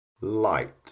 light